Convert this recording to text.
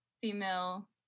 female